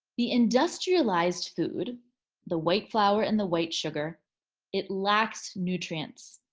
the industrialized food the white flour and the white sugar it lacks nutrients.